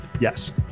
Yes